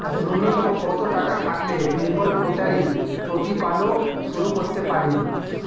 নূন্যতম কত টাকা থাকলে বেঙ্গল গোটারি প্রতিপালন শুরু করতে পারি?